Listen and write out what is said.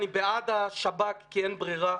אני בעד השב"כ כי אין ברירה.